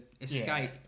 escape